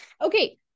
Okay